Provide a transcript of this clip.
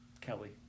Kelly